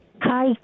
Hi